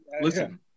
listen